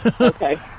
Okay